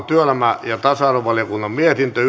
työelämä ja tasa arvovaliokunnan mietintö